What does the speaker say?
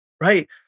right